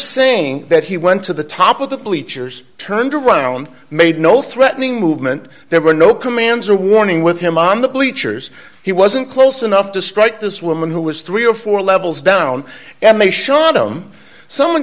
saying that he went to the top of the bleachers turned around made no threatening movement there were no commands or warning with him on the bleachers he wasn't close enough to strike this woman who was three or four levels down and make sure that i'm someone